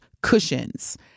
cushions